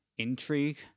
intrigue